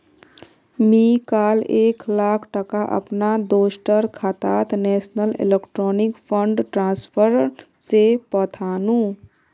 मी काल एक लाख टका अपना दोस्टर खातात नेशनल इलेक्ट्रॉनिक फण्ड ट्रान्सफर से पथानु